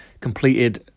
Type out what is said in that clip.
completed